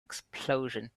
explosion